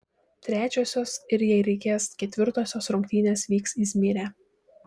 trečiosios ir jei reikės ketvirtosios rungtynės vyks izmyre